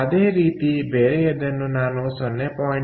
ಅದೇ ರೀತಿ ಬೇರೆಯದನ್ನು ನಾನು 0